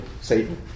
Satan